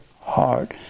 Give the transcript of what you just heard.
heart